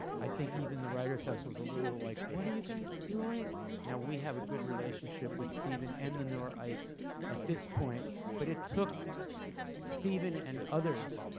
i think even the writers house was a little like, what are you guys doing now? we have a good relationship with stephen and the nora-ites at this point but it took stephen and others